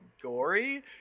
gory